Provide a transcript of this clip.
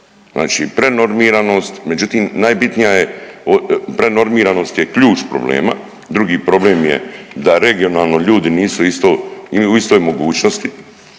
Znači prenormiranost, međutim najbitnija je prenormiranost je ključ problema, drugi problem je da regionalno ljudi nisu isto ni u istoj mogućnosti